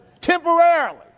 temporarily